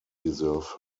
deserve